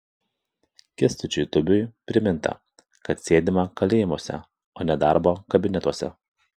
kęstučiui tubiui priminta kad sėdima kalėjimuose o ne darbo kabinetuose